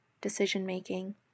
decision-making